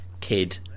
kid